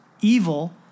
Evil